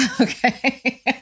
Okay